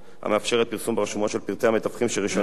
המאפשרת פרסום ברשומות של פרטי המתווכים שרשיונם בוטל,